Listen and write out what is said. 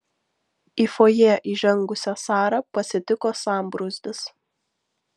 į fojė įžengusią sarą pasitiko sambrūzdis